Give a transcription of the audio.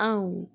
अं'ऊ